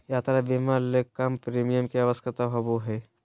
यात्रा बीमा ले कम प्रीमियम के आवश्यकता होबो हइ